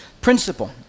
principle